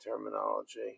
terminology